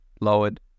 lowered